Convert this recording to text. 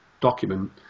document